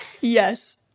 Yes